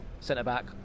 centre-back